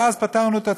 ואז פטרנו את עצמנו,